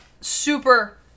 super